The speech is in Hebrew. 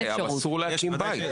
לפי המצב הקיים אסור להקים בית.